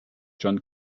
john